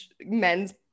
men's